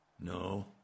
No